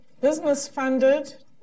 business-funded